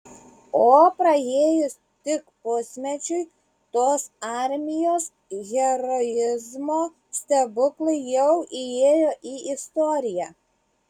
o praėjus tik pusmečiui tos armijos heroizmo stebuklai jau įėjo į istoriją